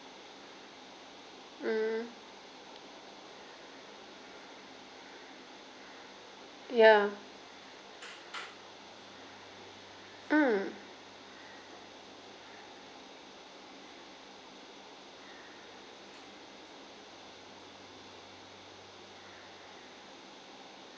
mm ya mm